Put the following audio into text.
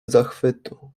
zachwytu